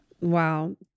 Wow